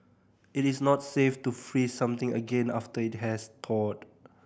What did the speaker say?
it is not safe to freeze something again after it has thawed